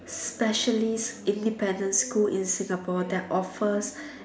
specialist independent school in Singapore they offers